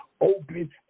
open